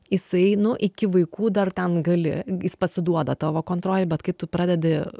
jisai nu iki vaikų dar ten gali jis pasiduoda tavo kontrolei bet kai tu pradedi